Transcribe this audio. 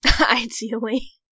Ideally